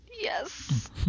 Yes